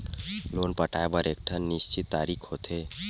loan पटाए बर एकठन निस्चित तारीख होथे